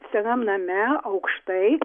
senam name aukštai